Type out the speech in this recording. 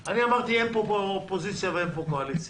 אמרתי שאין פה אופוזיציה ואין פה קואליציה.